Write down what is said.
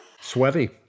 Sweaty